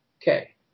Okay